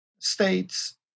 States